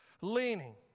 leaning